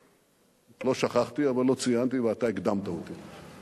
שכחת כמה בתי-כנסת וישיבות יש בירושלים.